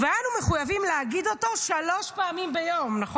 ואנו מחויבים להגיד אותו שלוש פעמים ביום, נכון?